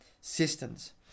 systems